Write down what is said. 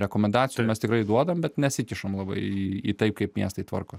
rekomendacijų mes tikrai duodam bet nesikišam labai į tai kaip miestai tvarkos